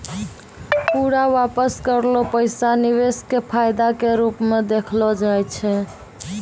पूरा वापस करलो पैसा निवेश के फायदा के रुपो मे देखलो जाय छै